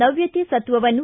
ನವ್ಯತೆ ಸತ್ತವನ್ನು